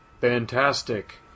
fantastic